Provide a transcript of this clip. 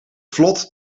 vlot